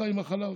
ככה עם החלב